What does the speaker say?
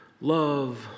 love